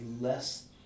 less